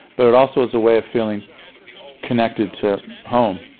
but it also is a way of feeling connected to home.